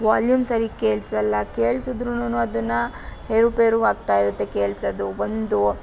volume ಸರಿಗೆ ಕೇಳಿಸಲ್ಲ ಕೇಳ್ಸುದ್ರುನು ಅದನ್ನು ಏರುಪೇರು ಆಗ್ತಾ ಇರುತ್ತೆ ಕೇಳ್ಸದು ಒಂದು